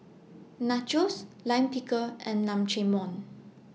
Nachos Lime Pickle and Naengmyeon